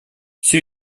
все